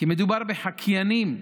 כי מדובר בחקיינים,